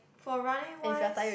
for running wise